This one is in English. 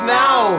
now